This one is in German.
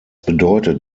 bedeutet